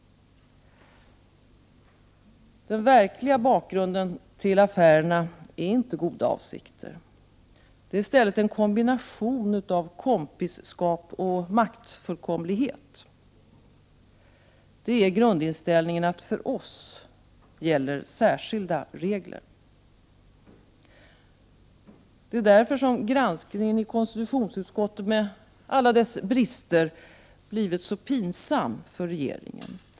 Den verkliga bakgrunden till dem är inte goda avsikter. Den är i stället en kombination av kompisskap och maktfullkomlighet. Grundinställningen är att för oss gäller särskilda regler. Det är därför som granskningen i konstitutionsutskottet med alla dess » brister blivit så pinsam för regeringen.